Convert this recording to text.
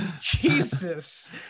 jesus